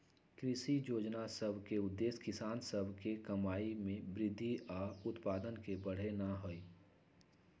कृषि जोजना सभ के उद्देश्य किसान सभ के कमाइ में वृद्धि आऽ उत्पादन के बढ़ेनाइ हइ